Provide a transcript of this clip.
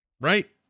right